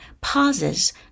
pauses